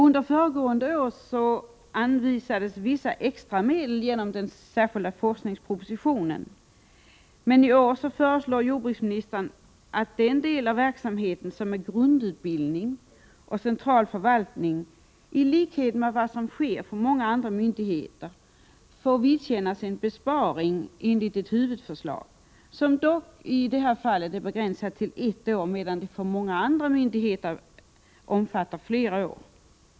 Under föregående år anvisades vissa extra medel genom den särskilda forskningspropositionen, men i år föreslår jordbruksministern att den del av verksamheten som utgör grundutbildning och central förvaltning, i likhet med vad som är fallet inom många andra myndigheter, enligt ett huvudförslag får vidkännas en besparing, som i detta fall dock är begränsad till ett år, medan besparingen för många andra myndigheter omfattar flera år.